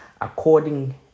according